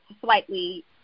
slightly